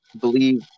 believe